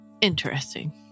Interesting